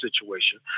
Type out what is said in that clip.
situation